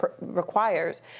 requires